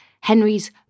Henry's